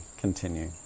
continue